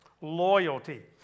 Loyalty